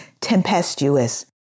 tempestuous